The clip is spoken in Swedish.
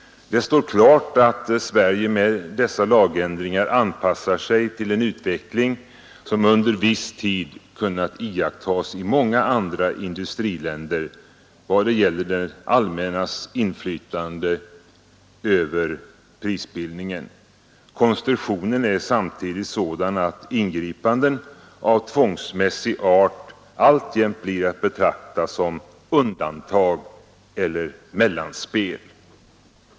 Det står klart att Sverige med dessa lagändringar anpassar sig till en utveckling som under viss tid kunnat iakttas i många andra industriländer vad gäller det allmännas inflytande över prisbildningen. Konstruktionen är samtidigt sådan att ingripanden av tvångsmässig art alltjämt blir att betrakta som undantag eller mellanspel.